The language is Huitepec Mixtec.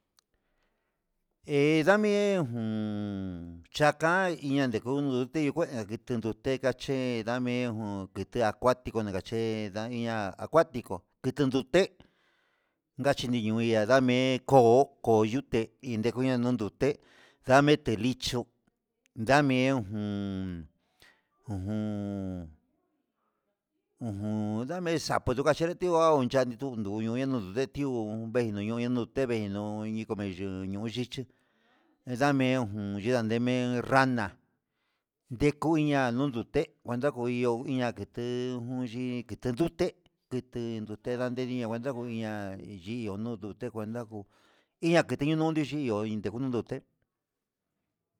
He ndamien jun chaka iña ndikun nduké ikue tunduté, ikache ndame jun ukutie akuatiko ndukaché iña'a, acuatico kutu ndunté yachi ndinu ihá ndame'e koo koo yuté, indekuña ndonduté ndame te licho'o, dame ujun jun ujun ndame saco ndukaché tikongua ndamejun yunio ndude ti'ó uun venuño nonduté venuu inke me'e yuu ñoo yiché edamenjun yunandeme rana, dekuña nuu ndute cuenta con yuo uiñake jun yii tunduté kute nrute ndadi ndión kuenta kuuña'a yi ihó no kuenta hu iña kendi yuchin xhi iho inde jun nduté.